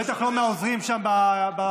בטח לא העוזרים שם ביציע.